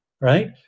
Right